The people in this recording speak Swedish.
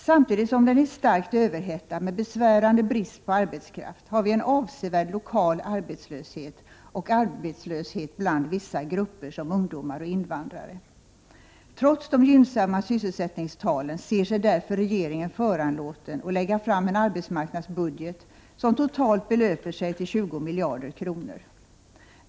Samtidigt som den är starkt överhettad med besvärande brist på arbetskraft, har vi en avsevärd lokal arbetslöshet och arbetslöshet bland vissa grupper, t.ex. ungdomar och invandrare. Trots de gynnsamma sysselsättningstalen ser sig därför regeringen föranlåten att lägga fram en arbetsmarknadsbudget som totalt belöper sig till 20 miljarder kronor.